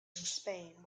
spain